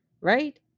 Right